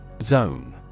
Zone